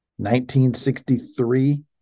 1963